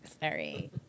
Sorry